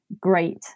great